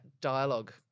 dialogue